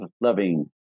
loving